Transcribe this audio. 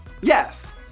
Yes